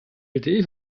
lte